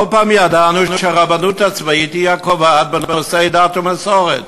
כל פעם ידענו שהרבנות הצבאית היא הקובעת בנושאי דת ומסורת,